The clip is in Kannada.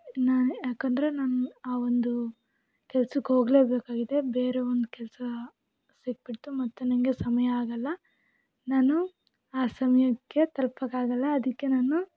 ನಾ ಯಾಕಂದರೆ ನನ್ನ ಆ ಒಂದು ಕೆಲ್ಸಕ್ಕೆ ಹೋಗಲೇಬೇಕಾಗಿದೆ ಬೇರೆ ಒಂದು ಕೆಲಸ ಸಿಕ್ಕಿಬಿಡ್ತು ಮತ್ತು ನನಗೆ ಸಮಯ ಆಗೋಲ್ಲ ನಾನು ಆ ಸಮಯಕ್ಕೆ ತಲ್ಪೋಕ್ಕಾಗಲ್ಲ ಅದಕ್ಕೆ ನಾನು